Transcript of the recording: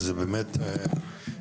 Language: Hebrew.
שזה פרויקט אישי שלו.